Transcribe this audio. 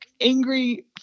angry